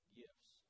gifts